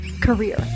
Career